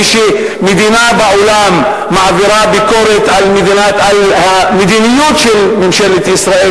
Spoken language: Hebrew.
כשמדינה בעולם מעבירה ביקורת על המדיניות של ממשלת ישראל,